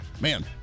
Man